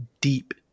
deep